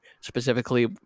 specifically